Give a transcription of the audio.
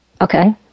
Okay